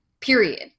period